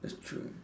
that's true